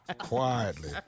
quietly